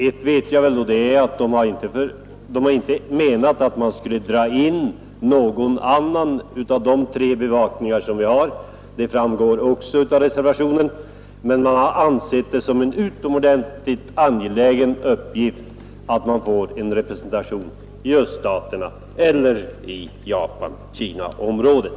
Ett vet jag väl och det är att jordbrukets organisationer inte vill acceptera att någon annan av de tre bevakningar som finns skall upphöra — det framgår också av reservationen — men det har ansetts som utomordentligt angeläget med en lantbruksrepresentation i öststaterna eller i Japan-Kinaområdet.